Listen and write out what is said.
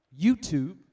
YouTube